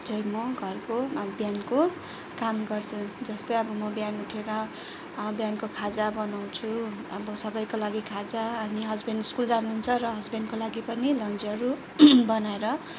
चाहिँ म घरको अब बिहानको काम गर्छु जस्तै अब म बिहान उठेर बिहानको खाजा बनाउँछु अब सबैको लागि खाजा अनि हस्बेन्ड स्कुल जानुहुन्छ र हस्बेन्डको लागि पनि लन्चहरू बनाएर